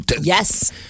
Yes